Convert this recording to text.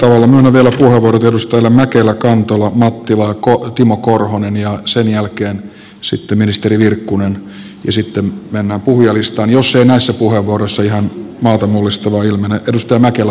myönnän vielä puheenvuorot edustajille mäkelä kantola mattila ja timo korhonen ja sen jälkeen sitten ministeri virkkuselle ja sitten mennään puhujalistaan jos ei näissä puheenvuoroissa ihan maata mullistavaa ilmene